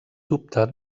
dubte